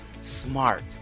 smart